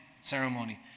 ceremony